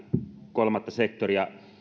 kolmatta sektoria